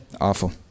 Awful